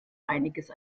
einiges